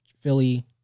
Philly